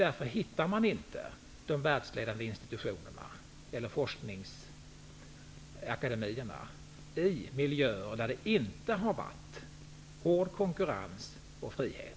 Därför hittar man inte de världsledande institutionerna eller forskningsakademierna i miljöer där det inte har förekommit hård konkurrens och frihet.